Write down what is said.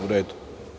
U redu.